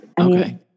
Okay